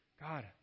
God